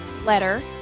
letter